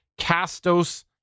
Castos